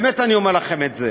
באמת אני אומר לכם את זה.